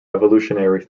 evolutionary